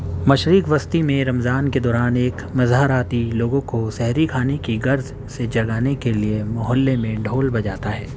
مشرق وسطی میں رمضان کے دوران ایک مظاہراتی لوگوں کو سحری کھانے کی غرض سے جگانے کے لیے محلے میں ڈھول بجاتا ہے